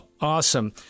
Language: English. Awesome